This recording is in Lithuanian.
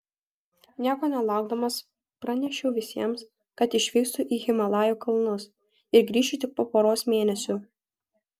nieko nelaukdamas pranešiau visiems kad išvykstu į himalajų kalnus ir grįšiu tik po poros mėnesių